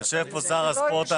יושב פה שר הספורט,